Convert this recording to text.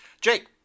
Jake